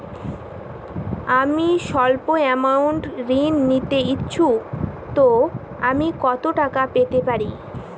আমি সল্প আমৌন্ট ঋণ নিতে ইচ্ছুক তো আমি কত টাকা পেতে পারি?